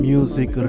Music